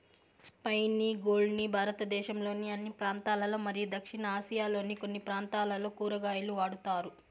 spiny gourd ని భారతదేశంలోని అన్ని ప్రాంతాలలో మరియు దక్షిణ ఆసియాలోని కొన్ని ప్రాంతాలలో కూరగాయగా వాడుతారు